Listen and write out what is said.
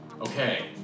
Okay